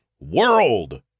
world